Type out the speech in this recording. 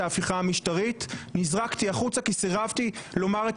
ההפיכה המשטרית נזרקתי החוצה כי סירבתי לומר את